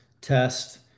test